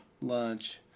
lunch